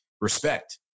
respect